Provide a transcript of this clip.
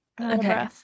okay